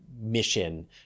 mission